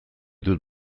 dut